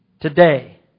Today